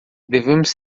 devemos